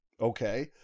Okay